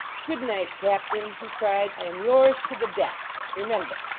good night, captain he cried. i am yours to the death, remember